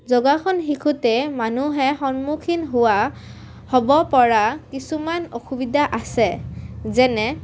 যোগাসন শিকোঁতে মানুহে সন্মুখীন হোৱা হ'ব পৰা কিছুমান অসুবিধা আছে যেনে